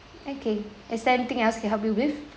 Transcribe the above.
okay is there anything else I can help you with